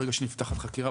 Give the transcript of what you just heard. ברגע שנפתחת חקירה,